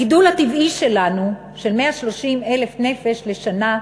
הגידול הטבעי שלנו, של 130,000 נפש לשנה,